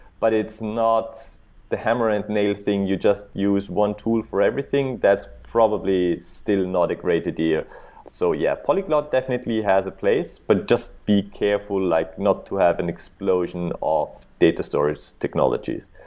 but it's not the hammer and nail thing you just use one tool for everything. that's probably still not a great idea so yeah, polyglot definitely has a place, but just be careful like not to have an explosion of data storage technologies.